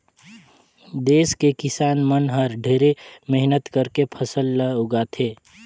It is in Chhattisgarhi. देस के किसान मन हर ढेरे मेहनत करके फसल ल उगाथे